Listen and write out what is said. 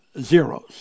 zeros